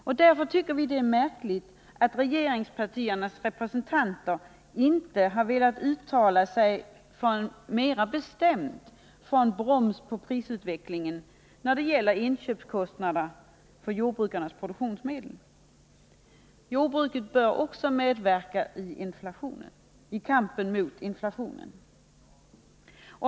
Av den anledningen är det märkligt att regeringspartiernas representanter inte har velat uttala sig mera bestämt för att bromsa upp utvecklingen av de priser som gäller vid jordbrukarnas inköp av produktionsmedel. Jordbruket bör också medverka i kampen mot inflationen.